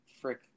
Frick